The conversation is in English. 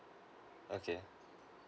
okay